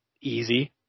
easy